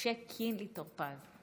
משה קינלי טור פז.